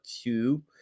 two